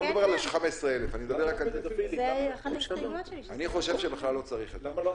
אני לא על 15,000. אני חושב שבכלל לא צריך את זה.